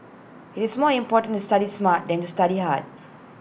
IT is more important to study smart than to study hard